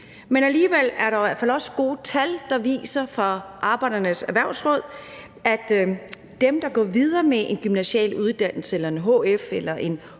Men alligevel er der jo i hvert fald også nogle gode tal fra Arbejderbevægelsens Erhvervsråd, der viser, at dem, der går videre med en gymnasial uddannelse, en hf, en hhx eller en